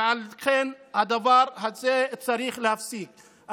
ועל כן הדבר הזה צריך להיפסק.